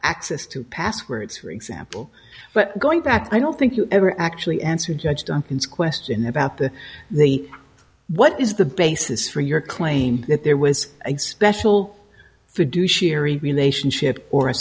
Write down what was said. access to passwords for example but going back i don't think you ever actually answered judge duncan's question about the the what is the basis for your claim that there was a special food do sherry relationship or a